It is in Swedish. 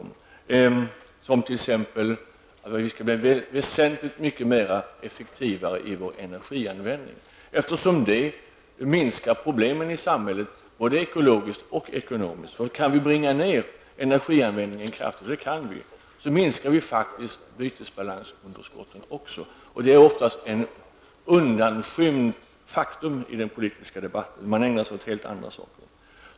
Vi skall t.ex. vara väldigt mycket mer effektiva i vår energianvändning, eftersom det minskar problemen i samhället både ekologiskt och ekonomiskt. Om vi bringar ner energianvändningen kraftigt, och det kan vi göra, minskar vi också bytesbalansunderskottet. Det är ett oftast undanskymt faktum i den politiska debatten. Man ägnar sig där åt helt andra saker.